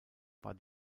war